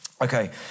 Okay